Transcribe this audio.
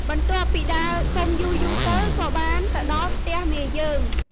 បន្ទាប់ពីដើរសុំយូរៗទៅក៏បានទៅដល់ផ្ទះមាយើង។